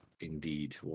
indeed